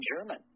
German